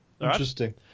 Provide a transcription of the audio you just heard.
Interesting